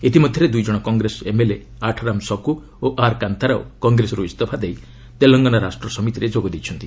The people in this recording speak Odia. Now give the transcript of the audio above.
ଇତିମଧ୍ୟରେ ଦୁଇ ଜଣ କଂଗ୍ରେସ ଏମ୍ଏଲ୍ଏ ଆଠରାମ୍ ଶକୁ ଓ ଆର୍ କାନ୍ତାରାଓ କଂଗ୍ରେସରୁ ଇସ୍ତଫା ଦେଇ ତେଲଙ୍ଗାନା ରାଷ୍ଟ୍ର ସମିତିରେ ଯୋଗ ଦେଇଛନ୍ତି